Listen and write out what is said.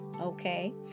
Okay